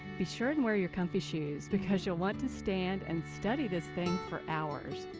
be sure and wear your comfy shoes. because you'll want to stand and study this thing for hours.